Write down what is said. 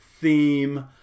theme